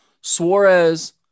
Suarez